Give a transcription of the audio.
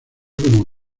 como